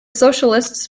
socialists